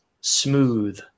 Smooth